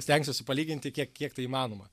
stengsiuosi palyginti kiek kiek tai įmanoma